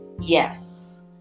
Yes